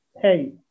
hey